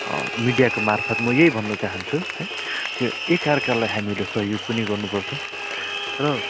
मिडियाको मार्फत् म यही भन्नु चाहन्छु है यो एकअर्कालाई हामीले सहयोग पनि गर्नुपर्छ र